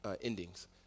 Endings